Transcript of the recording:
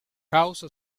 house